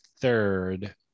third